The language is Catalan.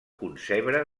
concebre